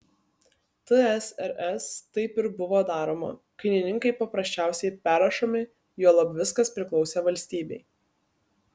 tsrs taip ir buvo daroma kainininkai paprasčiausiai perrašomi juolab viskas priklausė valstybei